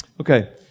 Okay